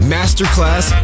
Masterclass